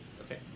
Okay